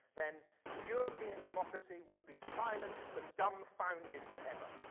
then european democracy would be silenced and dumbfounded forever.